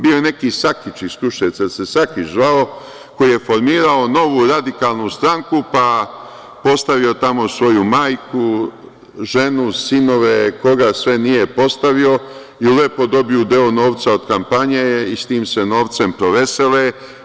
Bio je neki Sakić iz Kruševca, da li se Sakić zvao, koji je formirao Novu radikalnu stranku, pa postavio tamo svoju majku, ženu, sinove, koga sve nije postavio i lepo dobio deo novca od kampanje i s tim se novcem provesele.